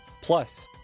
Plus